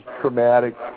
traumatic